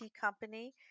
company